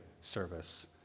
service